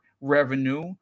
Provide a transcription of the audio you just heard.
revenue